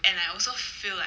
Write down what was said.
and I also feel like